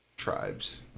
tribes